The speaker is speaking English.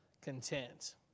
content